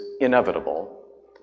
inevitable